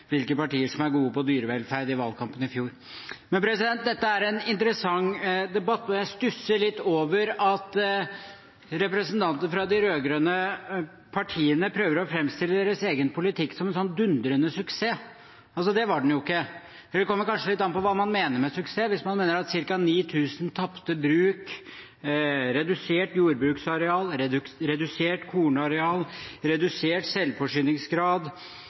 hvilke partier som er gode på dyrevelferd, i valgkampen i fjor. Dette er en interessant debatt, og jeg stusser litt over at representanter fra de rød-grønne partiene prøver å framstille sin egen politikk som en dundrende suksess. Det var den jo ikke. Eller det kommer kanskje litt an på hva man mener med suksess. Hvis ca. 9 000 tapte bruk, redusert jordbruksareal, redusert kornareal, redusert selvforsyningsgrad,